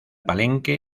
palenque